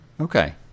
Okay